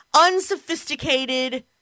unsophisticated